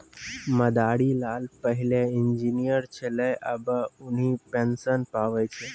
मदारी लाल पहिलै इंजीनियर छेलै आबे उन्हीं पेंशन पावै छै